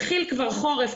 התחיל כבר חורף,